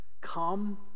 Come